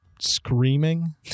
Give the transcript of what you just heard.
screaming